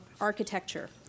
architecture